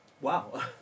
wow